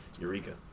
Eureka